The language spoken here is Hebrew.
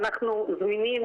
אנחנו זמינים,